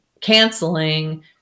canceling